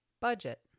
budget